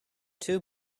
two